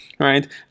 Right